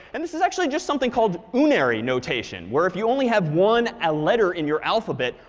and this is actually just something called unary notation where if you only have one ah letter in your alphabet,